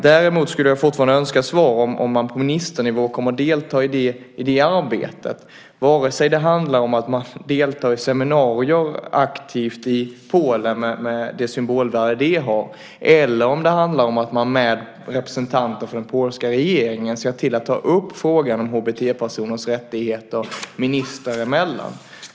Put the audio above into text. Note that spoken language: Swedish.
Däremot skulle jag fortfarande önska svar på frågan om man på ministernivå kommer att delta i det arbetet, vare sig det handlar om att aktivt delta i seminarier i Polen med det symbolvärde det har eller om att med representanter för den polska regeringen se till att ta upp frågan om HBT-personers rättigheter ministrar emellan.